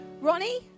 Ronnie